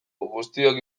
guztiok